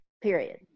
Period